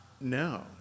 No